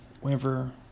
whenever